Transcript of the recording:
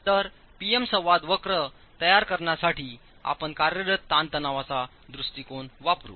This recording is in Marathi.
तर P M संवाद वक्र तयार करण्यासाठी आपण कार्यरत ताणतणावाचा दृष्टीकोन वापरू